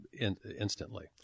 instantly